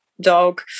dog